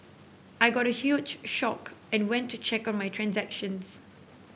I got a huge shocked and went to check on my transactions